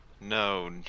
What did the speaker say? no